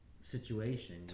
situation